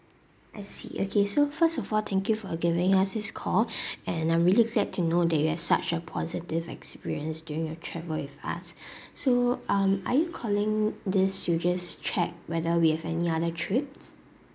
I see okay so first of all thank you for giving us this call and I'm really glad to know that you've such a positive experience during your travel with us so um are you calling this to just check whether we have any other trips